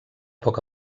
poc